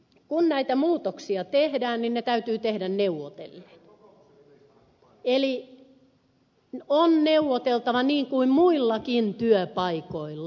kun näitä muutoksia tehdään ne täytyy tehdä neuvotellen eli on neuvoteltava niin kuin muillakin työpaikoilla